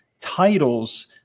titles